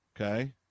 Okay